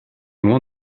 loin